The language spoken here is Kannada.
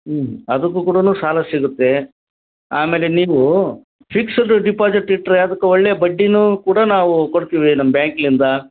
ಹ್ಞೂ ಅದಕ್ಕೆ ಕೂಡ ಸಾಲ ಸಿಗುತ್ತೆ ಆಮೇಲೆ ನೀವು ಫಿಕ್ಸಡ್ ಡಿಪಾಸಿಟ್ ಇಟ್ಟರೆ ಅದಕ್ಕೆ ಒಳ್ಳೆ ಬಡ್ಡಿನು ಕೂಡ ನಾವು ಕೊಡ್ತೀವಿ ನಮ್ಮ ಬ್ಯಾಂಕ್ನಿಂದ